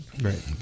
Right